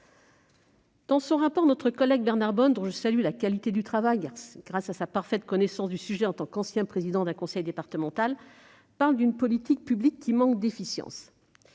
Dans son rapport, notre collègue Bernard Bonne- je salue d'ailleurs la qualité de son travail, fruit de sa parfaite connaissance du sujet en tant qu'ancien président de conseil départemental -parle d'une politique publique qui « manque [...] d'efficience